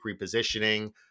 repositioning